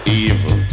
evil